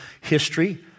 history